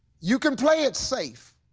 you can play it safe,